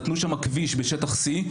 נתנו שם כביש בשטח C,